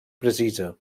precisa